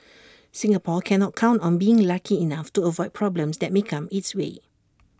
Singapore cannot count on being lucky enough to avoid problems that may come its way